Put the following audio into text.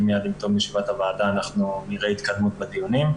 מיד עם תום ישיבת הוועדה נראה התקדמות בדיונים.